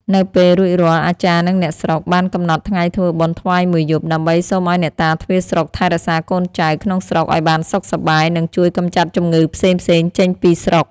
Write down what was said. នៅពេលរួចរាល់អាចារ្យនិងអ្នកស្រុកបានកំណត់ថ្ងៃធ្វើបុណ្យថ្វាយមួយយប់ ដើម្បីសូមឲ្យអ្នកតាទ្វារស្រុកថែរក្សាកូនចៅក្នុងស្រុកឲ្យបានសុខសប្បាយ និងជួយកម្ចាត់ជំងឺផ្សេងៗចេញពីស្រុក ។